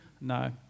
No